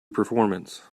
performance